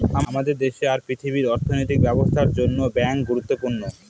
আমাদের দেশে আর পৃথিবীর অর্থনৈতিক ব্যবস্থার জন্য ব্যাঙ্ক গুরুত্বপূর্ণ